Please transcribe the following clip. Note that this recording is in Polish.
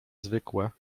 zwykłe